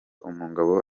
umugabo